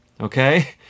Okay